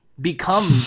Become